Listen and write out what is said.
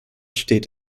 steht